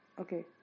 okay